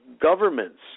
governments